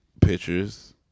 pictures